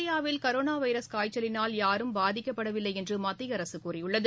இந்தியாவில் corona virus காய்ச்சலினால் யாரும் பாதிக்கப்படவில்லை என்று மத்திய அரசு கூறியுள்ளது